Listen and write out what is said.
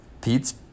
Pete's